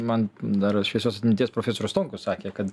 man dar šviesios atminties profesorius stonkus sakė kad